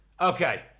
Okay